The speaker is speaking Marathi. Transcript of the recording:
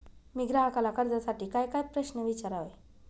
मी ग्राहकाला कर्जासाठी कायकाय प्रश्न विचारावे?